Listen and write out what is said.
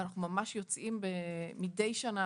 ואנחנו ממש יוצאים מדי שנה